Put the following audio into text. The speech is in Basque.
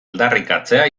aldarrikatzea